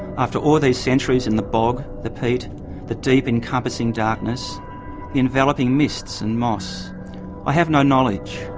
after all these centuries in the bog, the peat the deep encompassing darkness the enveloping mists and moss i have no knowledge,